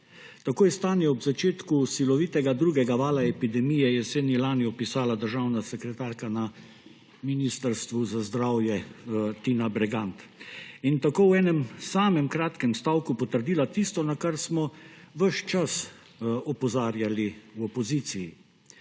Tako je stanje ob začetku silovitega drugega vala epidemije jeseni lani opisala državna sekretarka na Ministrstvu za zdravje Tina Bregant in tako v enem samem kratkem stavku potrdila tisto, na kar smo ves čas opozarjali v opoziciji.